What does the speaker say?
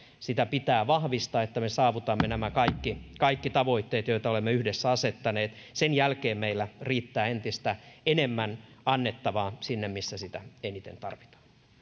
sitä pitää vahvistaa että me saavutamme nämä kaikki kaikki tavoitteet joita olemme yhdessä asettaneet sen jälkeen meillä riittää entistä enemmän annettavaa sinne missä sitä eniten tarvitaan